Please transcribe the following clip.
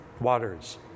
waters